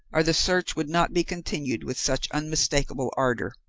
or the search would not be continued with such unmistakable ardour.